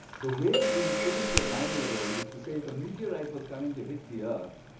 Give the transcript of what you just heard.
the way you would put it to a nine-year-old is to say, if a meteorite was coming to hit the earth,